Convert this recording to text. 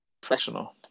professional